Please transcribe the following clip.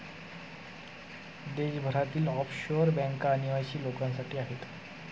देशभरातील ऑफशोअर बँका अनिवासी लोकांसाठी आहेत